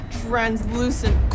translucent